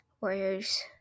Warriors